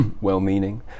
well-meaning